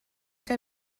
que